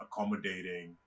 accommodating